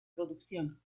producción